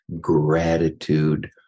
gratitude